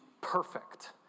perfect